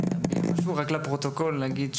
רק לפרוטוקול להגיד שם.